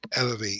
Elevate